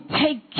take